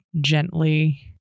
gently